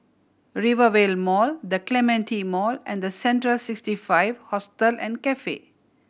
Rivervale Mall The Clementi Mall and Central Sixty Five Hostel and Cafe